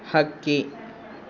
ಹಕ್ಕಿ